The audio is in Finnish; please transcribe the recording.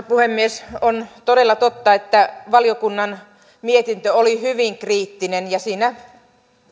puhemies on todella totta että valiokunnan mietintö oli hyvin kriittinen ja siinä